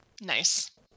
Nice